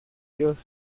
dios